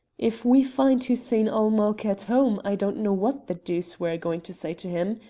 if we find hussein-ul-mulk at home i don't know what the deuce we are going to say to him.